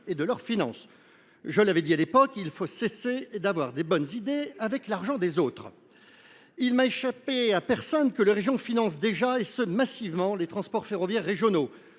et de leurs finances. Je l’avais dit à l’époque : cessons d’avoir de bonnes idées avec l’argent des autres ! Il n’a échappé à personne que les régions financent déjà massivement les transports ferroviaires régionaux.